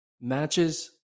matches